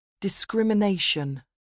Discrimination